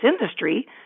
industry